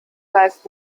heißt